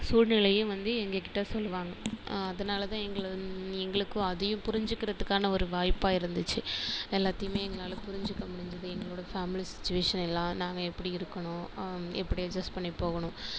சூழ்நிலையும் வந்து எங்கள்கிட்ட சொல்லுவாங்க அதனால்தான் எங்களை எங்களுக்கும் அதையும் புரிஞ்சிக்கிறதுக்கான ஒரு வாய்ப்பாக இருந்துச்சு எல்லாத்தையுமே எங்களால் புரிஞ்சிக்க முடிஞ்சிது எங்களோட ஃபேமிலி சுச்வேஷன் எல்லாம் நாங்கள் எப்டி இருக்கணும் எப்படி அட்ஜஸ்ட் பண்ணி போகணும்